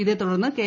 ഇതേ തുടർന്ന് കെ